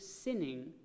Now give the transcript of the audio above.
sinning